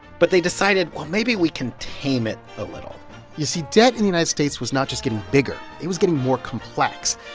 but they decided, well, maybe we can tame it a little you see, debt in the united states was not just getting bigger. it was getting more complex.